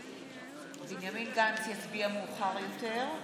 בנימין גנץ יצביע מאוחר יותר.